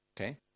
Okay